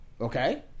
okay